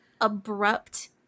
abrupt